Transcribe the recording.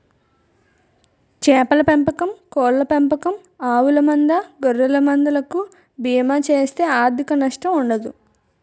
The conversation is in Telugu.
చేపల పెంపకం కోళ్ళ పెంపకం ఆవుల మంద గొర్రెల మంద లకు బీమా చేస్తే ఆర్ధిక నష్టం ఉండదు